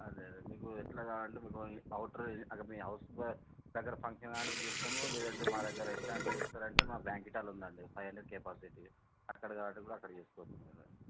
అదే అదే మీకు ఎట్లా కావాలంటే ఇప్పుడు ఔటర్ అంటే మీ హౌస్ దగ్గర ఫంక్షన్ అంటే చేస్తాము లేదంటే మా దగ్గర రెస్టారెంట్లో చేస్తానంటే మా బ్యాంకెట్ హాల్ ఉందండి ఫైవ్ హండ్రెడ్ కెపాసిటీ అక్కడ కావాలంటే కూడా అక్కడ చేసుకోవచ్చు మీరు